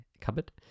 cupboard